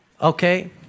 Okay